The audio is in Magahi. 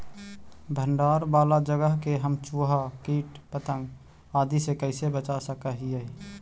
भंडार वाला जगह के हम चुहा, किट पतंग, आदि से कैसे बचा सक हिय?